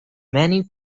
many